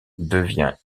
devient